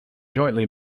jointly